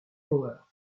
power